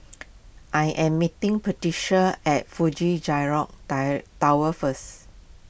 I am meeting Patricia at Fuji Xerox die Tower first